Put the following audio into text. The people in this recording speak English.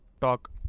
talk